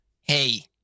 Hey